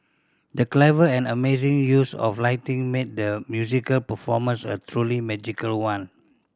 the clever and amazing use of lighting made the musical performance a truly magical one